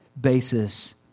basis